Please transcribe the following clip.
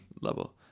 level